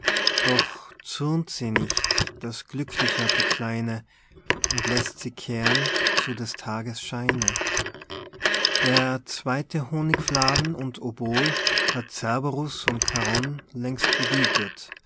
doch zürnt sie nicht daß glücklicher die kleine und läßt sie kehren zu des tages scheine der zweite honigfladen und obol hat cerberus und charon längst begütet